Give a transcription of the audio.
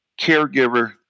caregiver